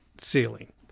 ceiling